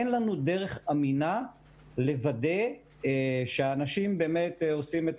אין לנו דרך אמינה לוודא שהאנשים באמת עושים את